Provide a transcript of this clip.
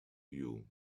you